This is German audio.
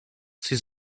sie